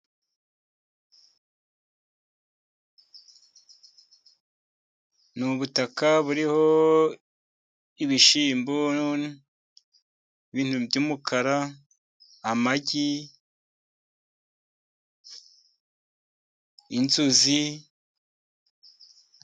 Ni ubutaka buriho ibishyimbo, n'ibintu by'umukara, amagi, inzuzi.